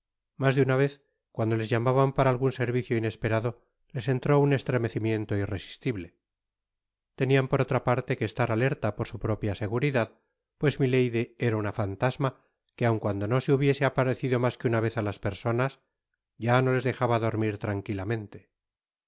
mas de una vez cuando ies llamaban para algun servicio inesperado les eniró un estremecimiento irresistible tenian por otra parte que estar alerta por su propia seguridad pues milady era una fantasma que aun cuando no se hubiese aparecido mas que una vez á las personas ya no ies dejaba dormir tranquilamente